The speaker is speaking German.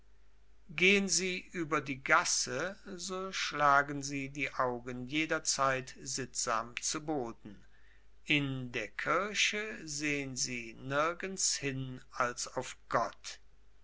gehen sie über die gasse so schlagen sie die augen jederzeit sittsam zu boden in der kirche sehen sie nirgends hin als auf gott